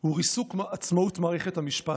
היא ריסוק עצמאות מערכת המשפט,